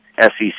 SEC